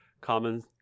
common